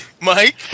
Mike